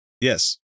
Yes